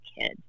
kid